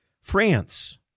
France